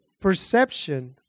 Perception